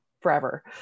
forever